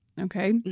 okay